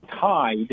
tied